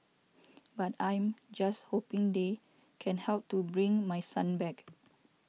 but I'm just hoping they can help to bring my son back